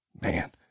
man